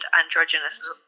androgynous